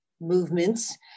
movements